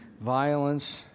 violence